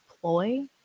ploy